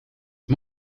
het